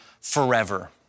forever